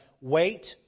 wait